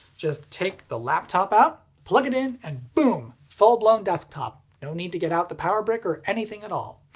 just take the laptop out, plug it in, and boom! full-blown desktop. no need to get out the power brick or anything at all.